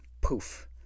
poof